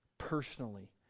personally